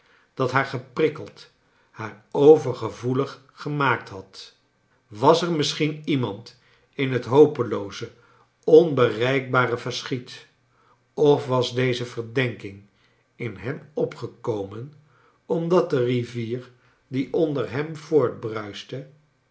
dat haar geprikkeld haar overgevoelig gemaakt had was er misschien iemand in het hopelooze onbereikbare verschiet of was deze verdenking in hem opgekomen omdat de rivier die onder hem